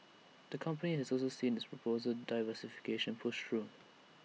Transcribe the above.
the company has also seen its proposed diversification pushed through